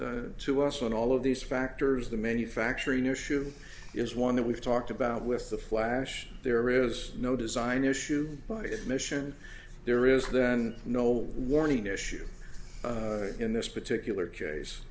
judgment to us on all of these factors the manufacturing issue is one that we've talked about with the flash there is no design issue by admission there is then no warning issue in this particular case